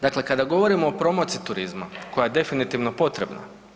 Dakle, kada govorimo o promociji turizma koja je definitivno potrebna.